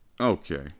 Okay